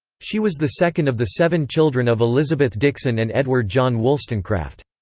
she was the second of the seven children of elizabeth dixon and edward john wollstonecraft.